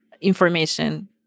information